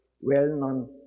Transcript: well-known